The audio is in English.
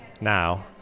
now